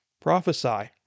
prophesy